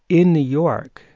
in new york,